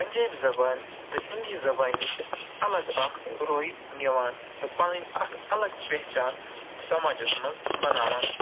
پَنجٲبۍ زَبانہِ تہٕ ہِندی زَبان نِشہِ اَلگ اکھ روٚے نِوان تہٕ پَنٕنۍ اکھ اَلگ پہچان سَماجَس منٛز بَناوان